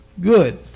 good